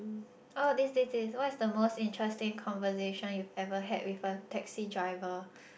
ah this this this what's the most interesting conversation you've ever had with a taxi driver